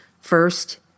First